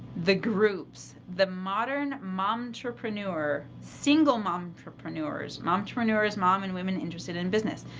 the groups, the modern momtrepreneurs, single momtrepreneurs, momtrepreneurs moms and women interested in business.